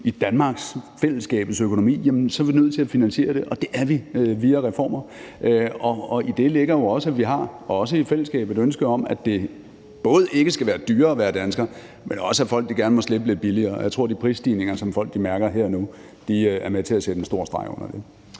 i Danmark, jamen så er vi nødt til at finansiere det, og det er via reformer. Og i det ligger jo også, at vi – også i fællesskabet – har et ønske om, at det både ikke skal være dyrere at være dansker, men også at folk gerne må slippe lidt billigere. Og jeg tror, de prisstigninger, som folk mærker her og nu, er med til at sætte en tyk streg under det.